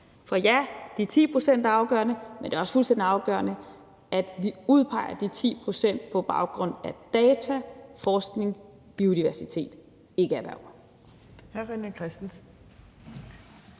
er de 10 pct. afgørende, men det er også fuldstændig afgørende, at vi udpeger de 10 pct. på baggrund af data, forskning og biodiversitet – ikke erhverv.